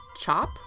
chop